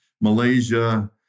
Malaysia